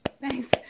thanks